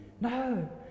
No